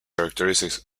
characteristic